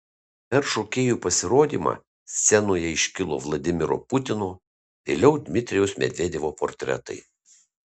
per šokėjų pasirodymą scenoje iškilo vladimiro putino vėliau dmitrijaus medvedevo portretai